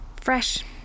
fresh